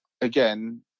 again